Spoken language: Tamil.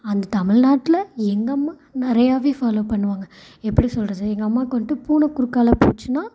அந்த தமிழ்நாட்ல எங்கள் அம்மா நிறையாவே ஃபாலோ பண்ணுவாங்க எப்படி சொல்கிறது எங்கள் அம்மாவுக்கு வந்துட்டு பூனை குறுக்கால் போச்சுன்னா